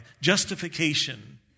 justification